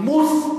הנימוס,